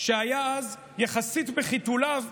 שהיה אז יחסית בחיתוליו,